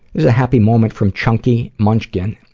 is a happy moment from chunky munchkin,